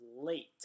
late